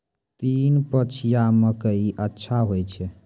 तीन पछिया मकई अच्छा होय छै?